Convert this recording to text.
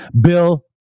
Bill